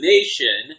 Nation